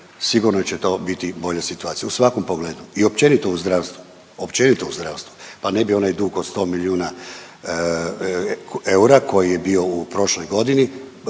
sigurno će to biti bolja situacija, u svakom pogledu i općenito u zdravstvu. Općenito u zdravstvu, pa ne bi onaj dug od 100 milijuna eura koji je bio u prošloj godini